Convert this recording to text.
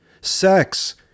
Sex